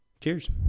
Cheers